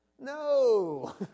No